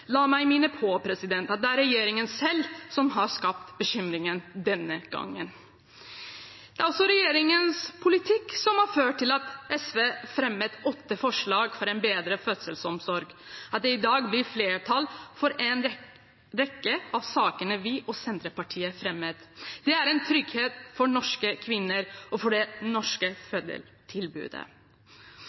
La meg minne om at det er regjeringen selv som har skapt bekymringen denne gangen. Det er også regjeringens politikk som har ført til at SV har fremmet åtte forslag om en bedre fødselsomsorg, og at det i dag blir flertall for en rekke av sakene vi og Senterpartiet fremmet. Det er en trygghet for norske kvinner og for det norske